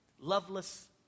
loveless